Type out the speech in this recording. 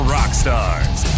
Rockstars